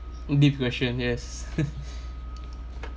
deep question yes